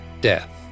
death